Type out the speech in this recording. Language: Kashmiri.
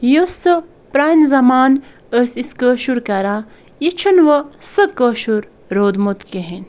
یُس سُہ پرٛانہِ زمانہٕ ٲسۍ أسۍ کٲشُر کَران یہِ چھُنہٕ وۄنۍ سُہ کٲشُر روٗدمُت کِہیٖنۍ